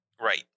Right